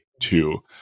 two